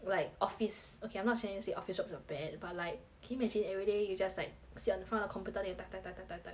like office okay I'm not trying to say office jobs are bad but like can you imagine everyday you just like sit on the front of the computer then you type type type type type